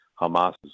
Hamas